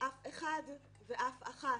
אף אחד ואף אחת